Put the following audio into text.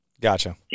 Gotcha